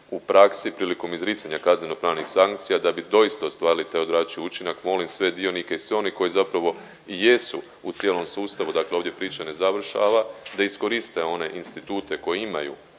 u praksi prilikom izricanja kaznenopravnih sankcija da bi doista ostvarili taj odvraćajući učinak molim sve dionike i sve one koji zapravo i jesu u cijelom sustavu, dakle ovdje priča ne završava, da iskoriste one institute koje imaju